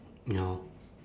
no